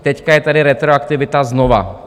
Teď je tady retroaktivita znovu.